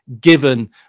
given